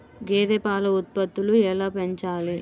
గేదె పాల ఉత్పత్తులు ఎలా పెంచాలి?